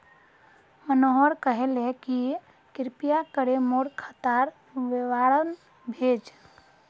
मनोहर कहले कि कृपया करे मोर खातार विवरण भेज